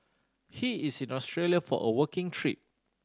he is in Australia for a working trip